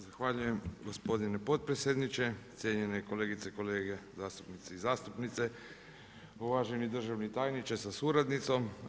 Zahvaljujem gospodine potpredsjedniče, cijenjene kolegice i kolege zastupnici i zastupnice, uvaženi državni tajniče sa suradnicom.